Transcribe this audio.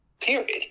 Period